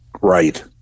right